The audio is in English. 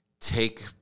take